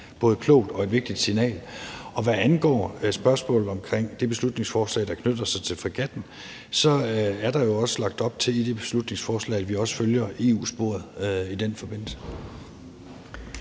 både klogt og vigtigt signal. Og hvad angår spørgsmålet om det beslutningsforslag, der knytter sig til fregatten, er der jo også lagt op til i det beslutningsforslag, at vi også følger EU-sporet i den forbindelse.